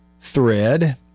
thread